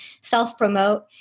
self-promote